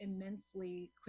immensely